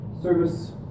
Service